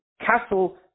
castle